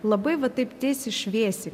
labai va taip tiesiai šviesiai